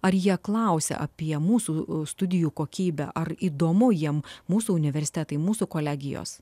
ar jie klausia apie mūsų studijų kokybę ar įdomu jiem mūsų universitetai mūsų kolegijos